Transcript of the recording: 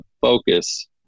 focus